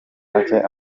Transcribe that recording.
bushake